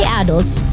adults